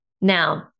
Now